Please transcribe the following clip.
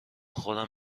خودم